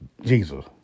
Jesus